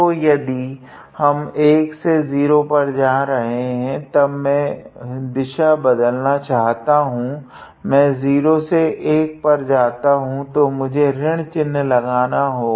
तो यदि हम 1 से 0 पर जा रहे है तब मैं दिशा बदलना चाहता हूँ मैं 0 से 1 पर जाता हूँ तो मुझे यहाँ ऋण चिन्ह लगाना होगा